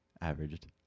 averaged